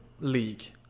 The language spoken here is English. league